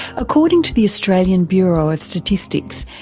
according to the australian bureau of statistics,